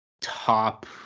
top